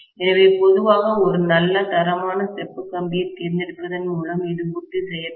எனவே பொதுவாக ஒரு நல்ல தரமான செப்பு கம்பியைத் தேர்ந்தெடுப்பதன் மூலம் இது உறுதி செய்யப்படும்